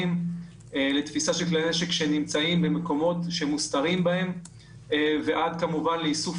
לתפיסה של כלי נשק שמוסתרים במקומות שונים; ועד כמובן לאיסוף